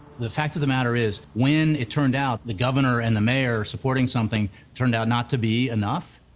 the fact of the matter is, when it turned out the governor and the mayor supporting something turned out not to be enough